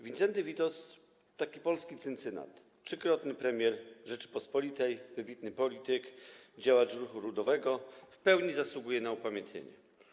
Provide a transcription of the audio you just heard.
Wincenty Witos, taki polski Cyncynat, trzykrotny premier Rzeczypospolitej, wybitny polityk, działacz ruchu ludowego, w pełni zasługuje na upamiętnienie.